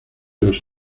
los